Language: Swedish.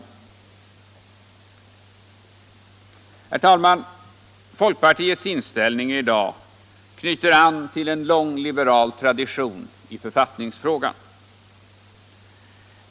Folkpartiets inställning i dag i denna fråga knyter an, herr talman, till en liberal tradition i författningsfrågan.